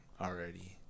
already